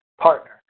partner